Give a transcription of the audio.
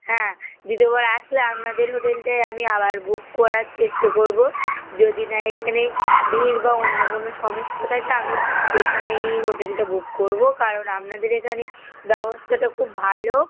হ্যাঁ দ্বিতীয়বার আসলে আপনাদের হোটেলটাই আমি আবার বুক করার চেষ্টা করব যদি না এখানে ভিড় বা অন্য কোনো সমস্যা থাকে আমি এখানেই হোটেলটা বুক করব কারণ আপনাদের এখানে ব্যবস্থাটা খুব ভালো